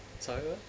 sorry what